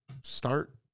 start